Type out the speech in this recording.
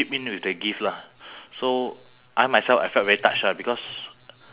because he was always there for me when I need